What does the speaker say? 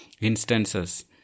instances